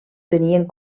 tenien